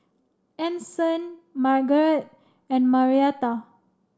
Anson Margeret and Marietta